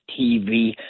TV